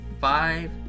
five